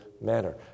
manner